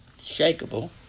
shakable